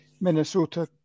Minnesota